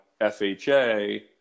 FHA